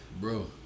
Bro